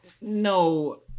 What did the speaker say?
no